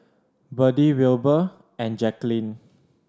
Berdie Wilbur and Jaquelin